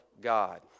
God